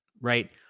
right